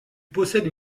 possèdent